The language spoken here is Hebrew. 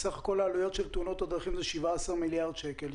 סך כל העלויות של תאונות הדרכים זה 17 מיליארד שקל,